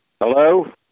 Hello